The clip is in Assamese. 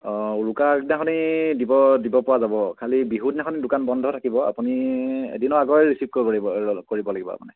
অঁ উৰুকা আগদিনাখন দিব দিব পৰা যাব খালী বিহু দিনাখন দোকান বন্ধ থাকিব আপুনি এদিনৰ আগতে ৰিচিভ কৰিব কৰিব লাগিব আপুনি